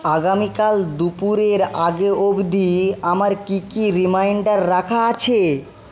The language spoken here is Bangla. আগামীকাল দুপুরের আগে অব্দি আমার কী কী রিমাইন্ডার রাখা আছে